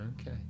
Okay